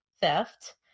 theft